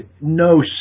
no